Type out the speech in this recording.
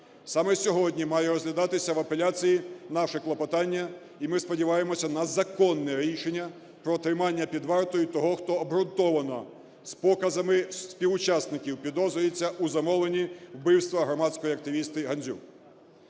Саме сьогодні має розглядатися в апеляції наше клопотання, і ми сподіваємося на законне рішення про тримання під вартою того, хто обґрунтовано, з показами співучасників, підозрюється у замовлення вбивства громадської активістки Гандзюк.